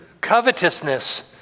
covetousness